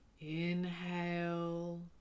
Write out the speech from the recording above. Inhale